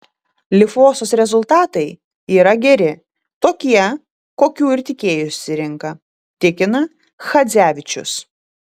lifosos rezultatai yra geri tokie kokių ir tikėjosi rinka tikina chadzevičius